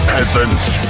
Peasants